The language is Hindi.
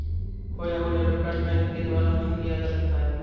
खोया हुआ डेबिट कार्ड बैंक के द्वारा बंद किया जा सकता है